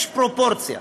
יש פרופורציות,